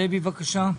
דבי, בקשה.